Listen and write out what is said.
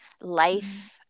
life